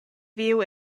viu